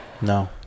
No